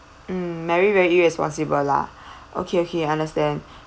mm mary very irresponsible lah okay okay understand